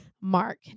Mark